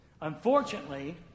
Unfortunately